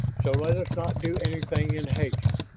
so let us not do anything in haste.